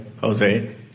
Jose